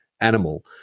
animal